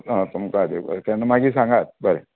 आं तुमका तें तेन्ना मागीर सांगात बरें